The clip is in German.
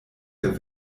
der